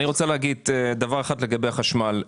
אני רוצה להגיד דבר אחד לגבי החשמל.